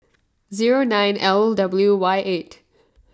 zero nine L W Y eight